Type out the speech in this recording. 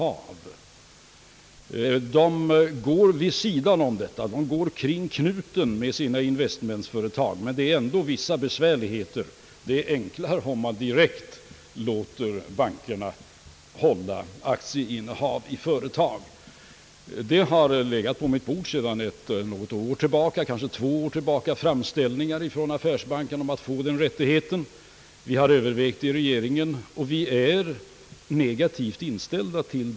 Bankerna går vid sidan om det förbudet, de går kring knuten med sina investmentbolag — men de har ändå vissa problem, och det skulle vara enklare för dem om de direkt fick möjlighet att hålla aktieinnehav i företag. Sedan ett eller två år tillbaka ligger det på mitt bord framställningar från affärsbankerna om att få den rättigheten. Vi har övervägt frågan i regeringen och är negativt in ställda.